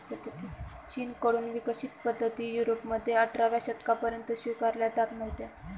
चीन कडून विकसित पद्धती युरोपमध्ये अठराव्या शतकापर्यंत स्वीकारल्या जात नव्हत्या